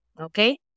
Okay